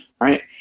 right